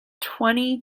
twenty